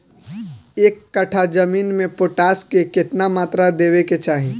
एक कट्ठा जमीन में पोटास के केतना मात्रा देवे के चाही?